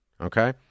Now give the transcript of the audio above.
Okay